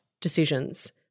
decisions